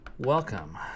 Welcome